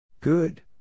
Good